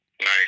Nice